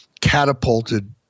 catapulted